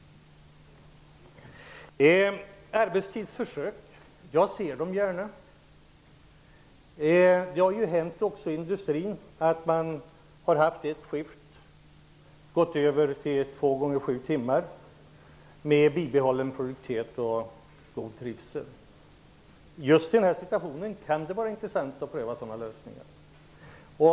Jag ser gärna försök med förkortad arbetstid. Det har hänt också i industrin att man har haft ett skift och gått över till två gånger sju timmar med bibehållen produktivitet och trivsel. Just i denna situation kan det vara intressant att pröva sådana lösningar.